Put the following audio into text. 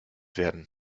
werden